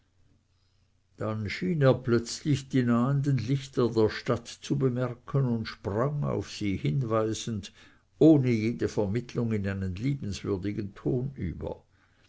dann schien er plötzlich die nahenden lichter der stadt zu bemerken und sprang auf sie hinweisend ohne jede vermittlung in einen liebenswürdigen ton über